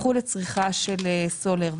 הפכו לצריכה של סולר.